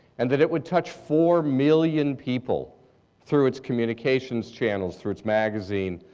and that it would touch four million people through its communications channels, through its magazine,